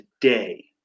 today